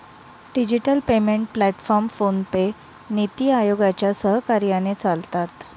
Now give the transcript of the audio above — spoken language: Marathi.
डिजिटल पेमेंट प्लॅटफॉर्म फोनपे, नीति आयोगाच्या सहकार्याने चालतात